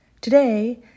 Today